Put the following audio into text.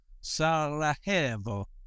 Sarajevo